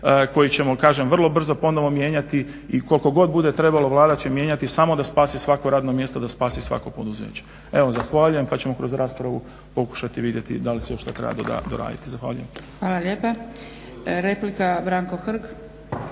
koji ćemo kažem vrlo brzo ponovo mijenjati i koliko god bude trebalo Vlada će mijenjati samo da spasi svako radno mjesto, da spasi svako poduzeće. Evo zahvaljujem, pa ćemo kroz raspravu pokušati vidjeti da li se još šta treba doraditi. Zahvaljujem. **Zgrebec, Dragica (SDP)** Hvala lijepa. Replika Branko Hrg.